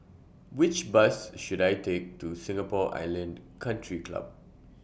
Which Bus should I Take to Singapore Island Country Club